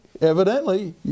evidently